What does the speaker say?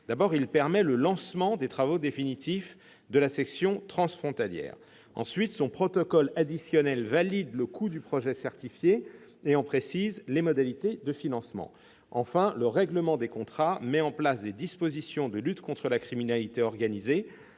volets : il permet le lancement des travaux définitifs de la section transfrontalière ; son protocole additionnel valide le coût du projet certifié et en précise les modalités de financement ; le règlement des contrats met en place des dispositions de lutte contre la criminalité organisée,